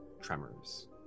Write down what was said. tremors